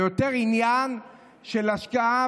זה יותר עניין של השקעה.